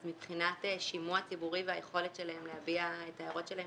אז מבחינת שימוע ציבורי והיכולת שלו להביע את ההערות שלו,